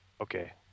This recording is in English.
Okay